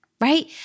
right